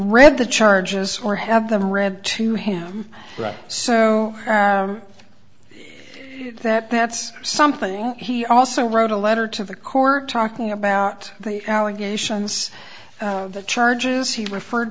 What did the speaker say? read the charges or have them read to him so that that's something he also wrote a letter to the court talking about the allegations the charges he referred